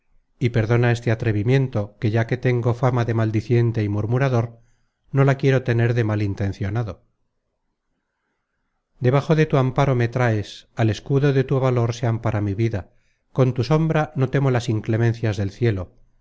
y perdona este atrevimiento que ya que tengo fama de maldiciente y murmurador no la quiero tener de mal intencionado debajo de tu amparo me traes al escudo de tu valor se ampara mi vida con tu sombra no temo las inclemencias del cielo